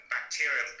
Bacteria